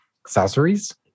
accessories